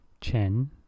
Chen